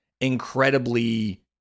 incredibly